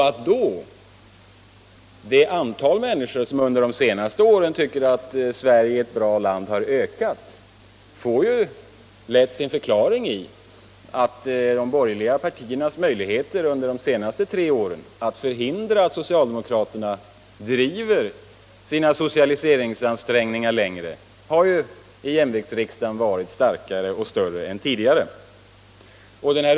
Att det antal människor som tycker att Sverige är ett bra land har ökat under de sista åren får lätt sin förklaring däri att de borgerliga partiernas möjligheter under de senaste tre åren att förhindra socialdemokraternas socialiseringsansträngningar varit större i jämviktsriksdagen än tidigare.